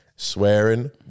swearing